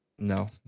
No